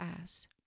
asked